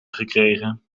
gekregen